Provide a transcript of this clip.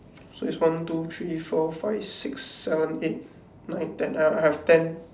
so is one two three four five six seven eight nine ten I have I have ten